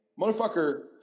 motherfucker